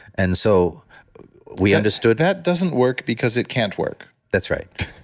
and so we understooddave that doesn't work because it can't work that's right